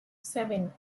seven